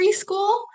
preschool